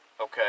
okay